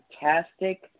fantastic